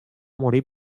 morir